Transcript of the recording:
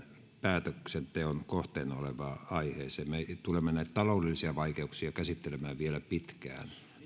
päätöksenteon kohteena olevaan aiheeseen me tulemme näitä taloudellisia vaikeuksia käsittelemään vielä pitkään mutta